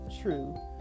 true